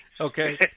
Okay